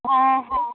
হ্যাঁ হ্যাঁ